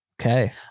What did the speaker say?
Okay